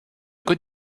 côte